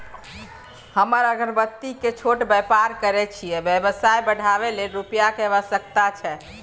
हम अगरबत्ती के छोट व्यापार करै छियै व्यवसाय बढाबै लै रुपिया के आवश्यकता छै?